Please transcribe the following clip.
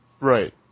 Right